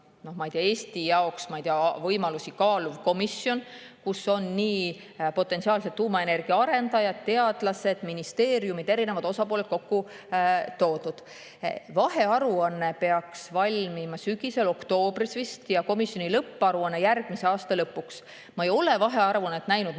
ma ei tea, Eesti jaoks tuumaenergia võimalusi kaaluv komisjon, kus on nii potentsiaalsed tuumaenergia arendajad, teadlased, ministeeriumid, üldse erinevad osapooled kokku toodud. Vahearuanne peaks valmima sügisel, oktoobris vist, ja komisjoni lõpparuanne järgmise aasta lõpuks. Ma ei ole vahearuannet näinud, ma ei